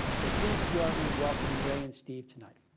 so please join me in welcoming ray and steve tonight.